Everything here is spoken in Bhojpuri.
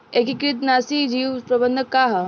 एकीकृत नाशी जीव प्रबंधन का ह?